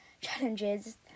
challenges